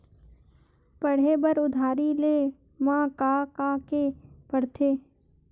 पढ़े बर उधारी ले मा का का के का पढ़ते?